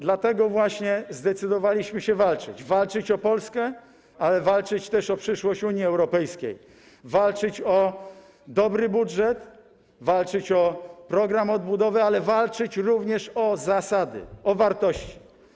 Dlatego właśnie zdecydowaliśmy się walczyć, walczyć o Polskę, ale walczyć też o przyszłość Unii Europejskiej, walczyć o dobry budżet, walczyć o program odbudowy, ale walczyć również o zasady, o wartości.